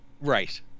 Right